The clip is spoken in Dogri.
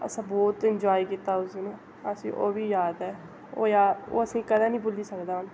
असां बोह्त इंजाय कीता उस दिन असें ओह् बी याद ऐ ओह् ओह् असेंगी कदें नी भुल्ली सकदा